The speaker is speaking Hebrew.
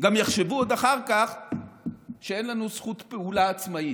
גם עוד יחשבו אחר כך שאין לנו זכות פעולה עצמאית.